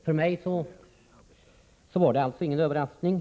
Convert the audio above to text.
För mig var detta alltså ingen överraskning.